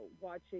watching